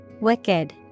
Wicked